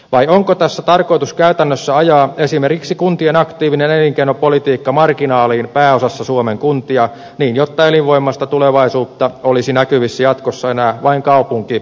vai onko tässä tarkoitus käytännössä ajaa esimerkiksi kuntien aktiivinen elinkeinopolitiikka marginaaliin pääosassa suomen kuntia niin että elinvoimaista tulevaisuutta olisi näkyvissä jatkossa enää vain kaupunkikeskuksissa